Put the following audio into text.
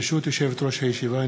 ברשות יושבת-ראש הישיבה,